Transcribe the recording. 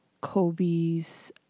Kobe's